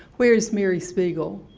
where's mary spiegel?